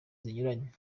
zinyuranye